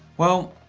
well,